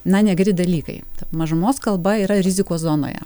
na negeri dalykai mažumos kalba yra rizikos zonoje